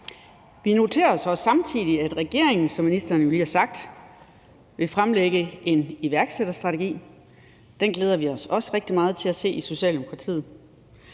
ministeren jo også lige har sagt, vil fremlægge en iværksætterstrategi. Den glæder vi os også rigtig meget til at se i Socialdemokratiet,